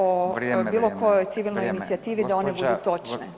o bilo kojoj civilnoj inicijativi [[Upadica: Vrijeme.]] da one budu točne.